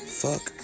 fuck